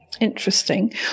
interesting